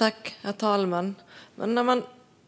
Herr talman! När man